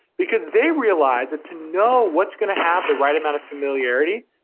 because they realize that to know what's gonna have the right amount of familiarity,